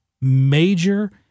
major